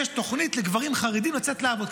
יש תוכנית לגברים חרדים לצאת לעבוד.